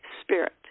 spirit